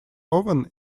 oven